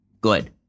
good